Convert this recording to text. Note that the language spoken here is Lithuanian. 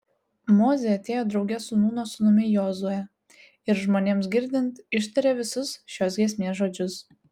mozė atėjo drauge su nūno sūnumi jozue ir žmonėms girdint ištarė visus šios giesmės žodžius